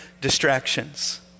distractions